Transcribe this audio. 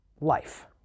life